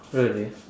really